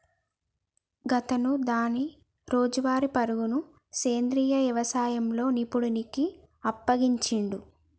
గాతను దాని రోజువారీ పరుగును సెంద్రీయ యవసాయంలో నిపుణుడికి అప్పగించిండు